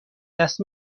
دست